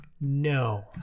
No